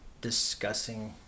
discussing